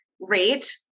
rate